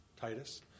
Titus